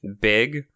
big